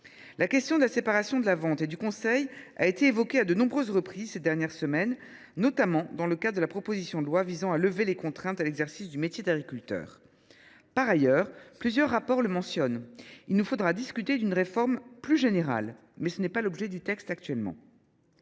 La question de la séparation de la vente et du conseil a été évoquée à de nombreuses reprises ces dernières semaines, notamment lors de l’examen de la proposition de loi visant à lever les contraintes à l’exercice du métier d’agriculteur. Par ailleurs, comme c’est indiqué dans plusieurs rapports, il nous faudra discuter d’une réforme plus générale, mais tel n’est pas l’objet du texte aujourd’hui.